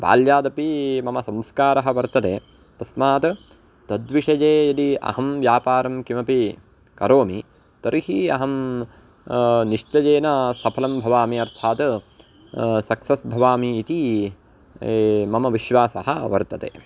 बाल्यादपि मम संस्कारः वर्तते तस्मात् तद्विषये यदि अहं व्यापारं किमपि करोमि तर्हि अहं निश्चयेन सफलं भवामि अर्थात् सक्सस् भवामि इति मम विश्वासः वर्तते